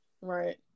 right